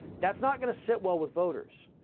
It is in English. that's not going to sit well with voters.